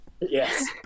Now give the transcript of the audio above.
yes